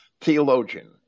theologian